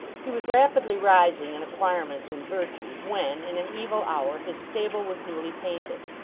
he was rapidly rising in acquirements and virtues, when, in an evil hour, his stable was newly painted.